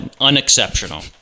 unexceptional